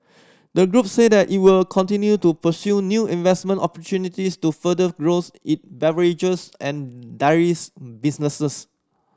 the group said that it will continue to pursue new investment opportunities to further growth it beverages and dairies businesses